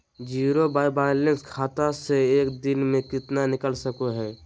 Zero balance खाता से एक दिन में कितना निकाल सको है?